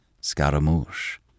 Scaramouche